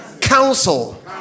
Counsel